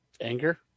anger